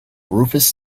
rufous